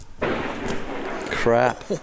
Crap